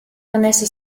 vanessa